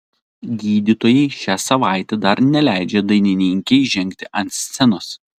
gydytojai šią savaitę dar neleidžia dainininkei žengti ant scenos